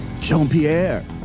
Jean-Pierre